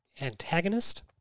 antagonist